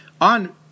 On